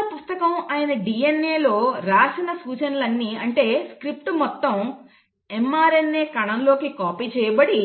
సూచనల పుస్తకం అయిన DNA లో రాసిన సూచనలు అన్ని అంటే స్క్రిప్టు మొత్తం mRNA కణం లోకి కాపీ చేయబడి